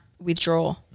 withdraw